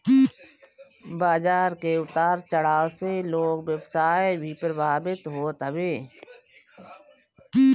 बाजार के उतार चढ़ाव से लोग के व्यवसाय भी प्रभावित होत हवे